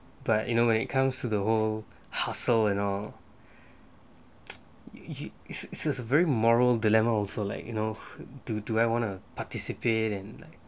but you know when it comes to the whole hassle at all it's a very moral dilemma also like you know do do I wanna participate and